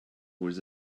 was